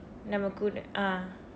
நம்ம கூட:namma kuuda ah